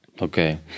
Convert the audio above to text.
okay